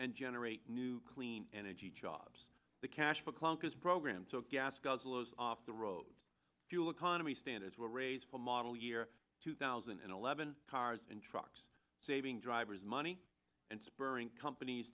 and generate new clean energy jobs the cash for clunkers program so gas guzzlers off the road to and we stand as will raise for model year two thousand and eleven cars and trucks saving drivers money and spurring companies